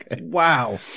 Wow